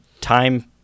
time